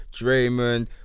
Draymond